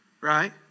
right